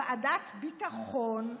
ועדת ביטחון,